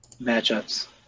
matchups